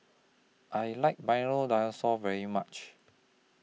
I like Milo Dinosaur very much